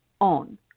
on